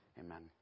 Amen